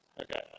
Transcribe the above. Okay